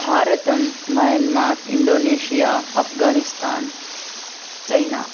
भारतम् Myanmar Indonesia Afghanistan China